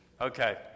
Okay